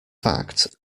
fact